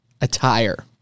attire